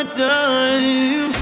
time